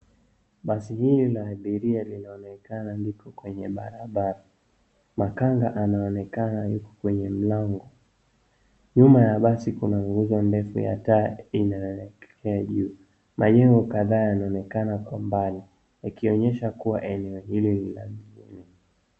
Basi hii la abiria linaonekana liko kwenye barabara. Makanga anaoenekana yuko kwenye mlango. Nyuma ya basi kuna nguzo ndefu ya taa inayoonekana juu. Majengo kadhaa yanaonekana kwa mbali yakionyesha kuwa eneo hili ni la mjini.